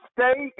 Stay